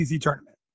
tournament